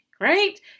right